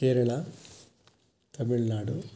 Kerala Tamil Nadu